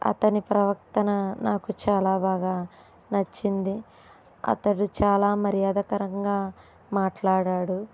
అతని ప్రవర్తన నాకు చాలా బాగా నచ్చింది అతను చాలా మర్యాదకరంగా మాట్లాడాడు